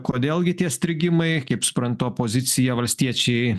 kodėl gi tie strigimai kaip suprantu opozicija valstiečiai